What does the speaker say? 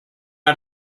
out